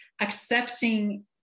accepting